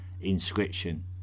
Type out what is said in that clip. inscription